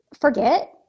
forget